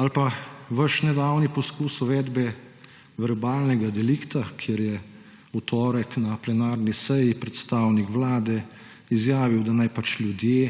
Ali pa vaš nedavni poskus uvedbe verbalnega delikta, kjer je v torek na plenarni seji predstavnik Vlade izjavil, da naj pač ljudje,